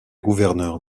gouverneur